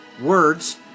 Words